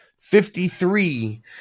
fifty-three